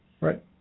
Right